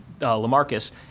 LaMarcus